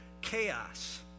chaos